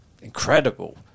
incredible